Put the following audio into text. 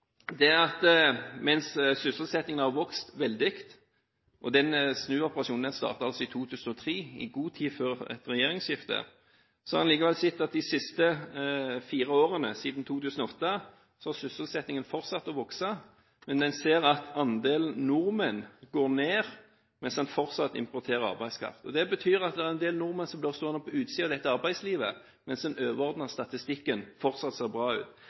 er at mens en har sett at sysselsettingen de fire siste årene siden 2008 har fortsatt å vokse, har andelen nordmenn går ned, mens en fortsatt importerer arbeidskraft. Det betyr at det er en del nordmenn som blir stående på utsiden av arbeidslivet, mens den overordnede statistikken fortsatt ser bra ut.